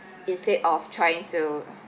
instead of trying to